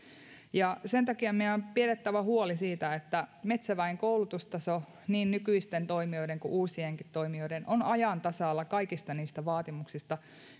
sen takia meidän on pidettävä huoli siitä että metsäväen koulutustaso niin nykyisten toimijoiden kuin uusienkin toimijoiden on ajan tasalla kaikista niistä vaatimuksista